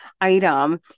item